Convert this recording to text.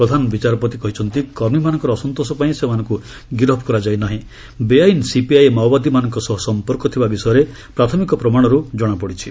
ପ୍ରଧାନ ବିଚାରପତି କହିଛନ୍ତି କର୍ମୀମାନଙ୍କର ଅସନ୍ତୋଷ ପାଇଁ ସେମାନଙ୍କୁ ଗିରଫ କରାଯାଇ ନାହିଁ ବେଆଇନ ସିପିଆଇ ମାଓବାଦୀମାନଙ୍କ ସହ ସମ୍ପର୍କ ଥିବା ବିଷୟରେ ପ୍ରାଥମିକ ପ୍ରମାଣରୁ ଜଣାପଡ଼ିଛି